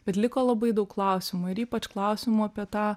bet liko labai daug klausimų ir ypač klausimų apie tą